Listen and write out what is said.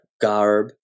garb